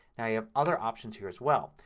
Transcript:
now you have other options here as well.